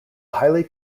highly